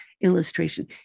illustration